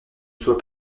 soit